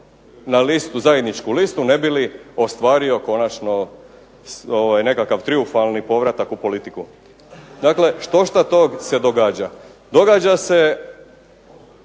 zajedničku listu ne bi li ostvario konačno nekakav trijumfalni povratak u politiku. Dakle, štošta tog se događa. Događa se